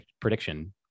prediction